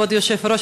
כבוד היושב-ראש,